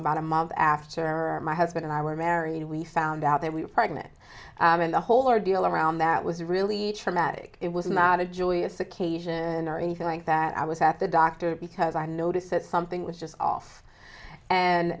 about a month after my husband and i were married we found out that we were pregnant and the whole ordeal around that was really traumatic it was mad a joyous occasion or anything like that i was at the doctor because i noticed that something was just off and